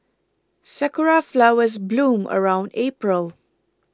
sakura flowers bloom around April